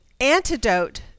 antidote